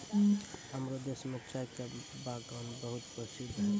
हमरो देश मॅ चाय के बागान बहुत प्रसिद्ध छै